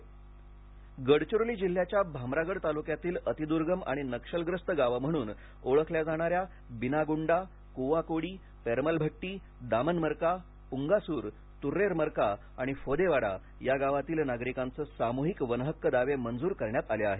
वनहक्क दावे गडचिरोली जिल्ह्याच्या भामरागड तालुक्यातील अतिद्र्गम आणि नक्षलग्रस्त गावे म्हणून ओळखल्या जाणाऱ्या बिनागुंडा कुव्वाकोडी पेरमलभट्टी दामनमर्का पुंगासूर त्र्रेमर्का आणि फोदेवाडा या गावातील नागरिकांचे सामूहिक वनहक्क दावे मंजूर करण्यात आले आहेत